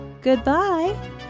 goodbye